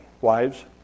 wives